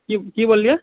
की बोलियै